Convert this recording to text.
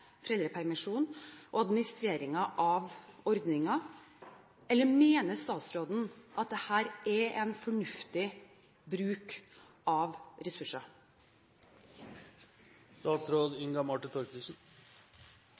og administreringen av ordningen, eller mener statsråden at dette er en fornuftig bruk av ressurser?